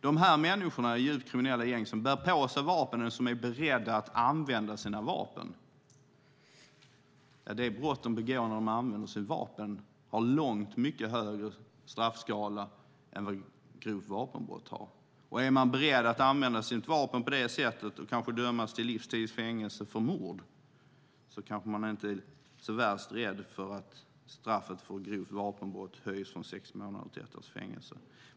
De människor i djupt kriminella gäng som bär på sig vapen och som är beredda att använda sina vapen begår brott när de använder sina vapen där straffskalan är långt mycket högre än för grovt vapenbrott. Är man beredd att använda sitt vapen på detta sätt och kanske dömas till livstids fängelse för mord kanske man inte är så värst rädd för att straffet för grovt vapenbrott höjs från sex månaders till ett års fängelse.